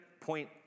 point